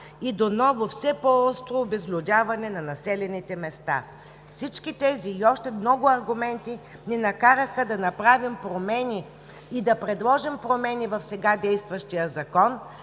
и до ново, все по-остро обезлюдяване на населените места. Всички тези и още много аргументи ни накараха да направим и предложим промени в сега действащия Закон,